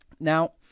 Now